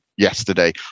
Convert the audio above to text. yesterday